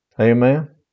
Amen